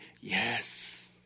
yes